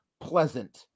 pleasant